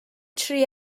tri